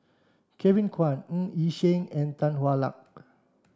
Kevin Kwan Ng Yi Sheng and Tan Hwa Luck